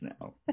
now